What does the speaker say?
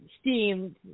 steamed